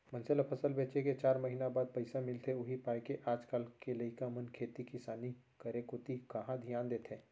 मनसे ल फसल बेचे के चार महिना बाद पइसा मिलथे उही पायके आज काल के लइका मन खेती किसानी करे कोती कहॉं धियान देथे